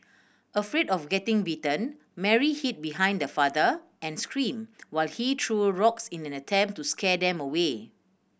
afraid of getting bitten Mary hid behind her father and screamed while he threw rocks in an attempt to scare them away